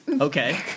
Okay